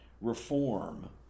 reform